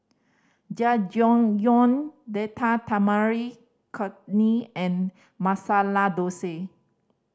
Jajangmyeon Date Tamarind Chutney and Masala Dosa